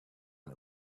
and